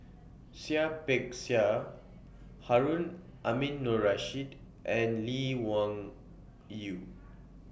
Seah Peck Seah Harun Aminurrashid and Lee Wung Yew